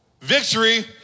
Victory